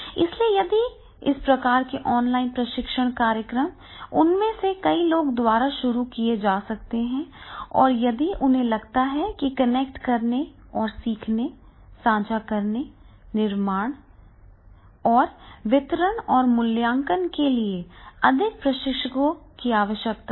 इसलिए यदि इस प्रकार के ऑनलाइन प्रशिक्षण कार्यक्रम उनमें से कई लोगों द्वारा शुरू किए जा सकते हैं और यदि उन्हें लगता है कि कनेक्ट करने और सीखने साझा करने निर्माण और भंडारण वितरण और मूल्यांकन के लिए अधिक प्रशिक्षकों की आवश्यकता है